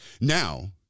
Now